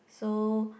so